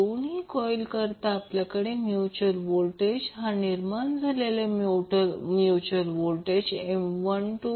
दोन्ही कॉइल करिता आपल्याकडे म्युच्युअल व्होल्टेज आणि निर्माण झालेल्या म्युच्युअल व्होल्टेज M12di2dt